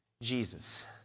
Jesus